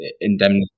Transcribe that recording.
indemnity